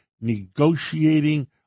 negotiating